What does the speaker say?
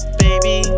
baby